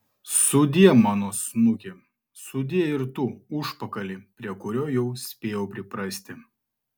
sudie mano snuki sudie ir tu užpakali prie kurio jau spėjau priprasti